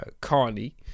Carney